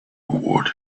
what